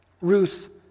Ruth